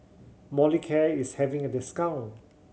Molicare is having a discount